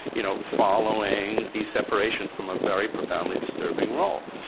you know following the separation from a very profoundly disturbing role.